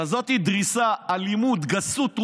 כזאת דריסה, אלימות, גסות רוח,